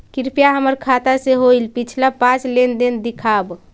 कृपा हमर खाता से होईल पिछला पाँच लेनदेन दिखाव